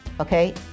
okay